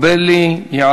אלייך,